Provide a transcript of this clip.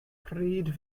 pryd